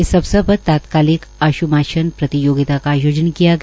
इस अवसर पर तात्कालिक आश्माषण प्रतियोगिता का आयोजन किया गया